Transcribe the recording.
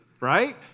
right